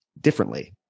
differently